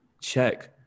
check